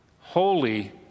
holy